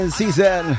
season